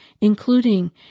including